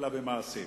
אלא במעשים.